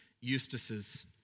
Eustace's